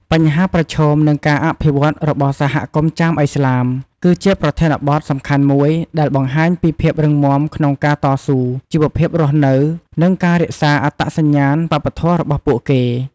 បញ្ហាប្រឈម និងការអភិវឌ្ឍន៍របស់សហគមន៍ចាមឥស្លាម គឺជាប្រធានបទសំខាន់មួយ ដែលបង្ហាញពីភាពរឹងមាំក្នុងការតស៊ូ ជីវភាពរស់នៅ និងការរក្សាអត្តសញ្ញាណវប្បធម៌របស់ពួកគេ។